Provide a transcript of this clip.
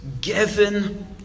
given